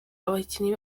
abakinnyi